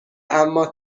اما